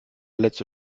letzte